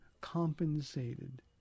compensated